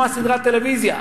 כמו סדרת הטלוויזיה: